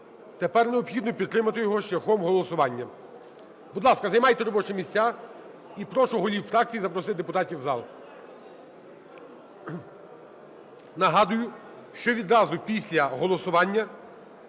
Тепер необхідно підтримати його шляхом голосування. Будь ласка, займайте робочі місця. І прошу голів фракцій запросити депутатів у зал. Нагадаю, що відразу після голосування